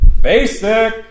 Basic